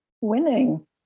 winning